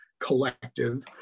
collective